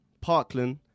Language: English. Parkland